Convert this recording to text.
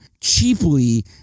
cheaply